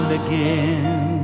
again